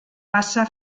bassa